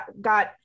got